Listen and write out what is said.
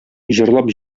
җырлап